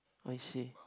oh I see